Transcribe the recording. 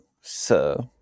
sir